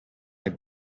have